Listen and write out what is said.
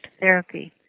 therapy